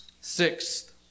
Sixth